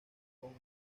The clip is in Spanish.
con